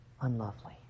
unlovely